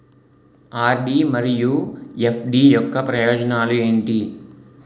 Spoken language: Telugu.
ఆర్.డి మరియు ఎఫ్.డి యొక్క ప్రయోజనాలు ఏంటి?